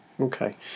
Okay